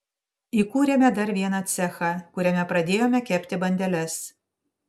įkūrėme dar vieną cechą kuriame pradėjome kepti bandeles